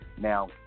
Now